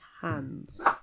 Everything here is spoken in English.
hands